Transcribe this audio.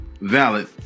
valid